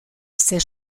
ses